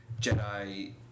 Jedi